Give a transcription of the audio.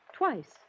Twice